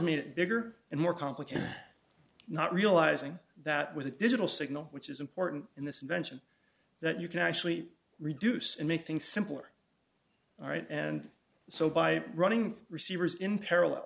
it bigger and more complicated not realizing that with a digital signal which is important in this invention that you can actually reduce and make things simpler all right and so by running receivers in parallel